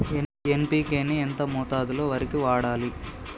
NPK ని ఎంత మోతాదులో వరికి వాడాలి?